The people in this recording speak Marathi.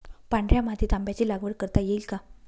पांढऱ्या मातीत आंब्याची लागवड करता येईल का?